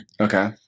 Okay